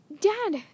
Dad